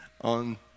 on